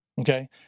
Okay